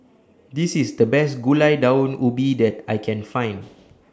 This IS The Best Gulai Daun Ubi that I Can Find